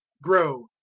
grow,